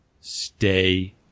stay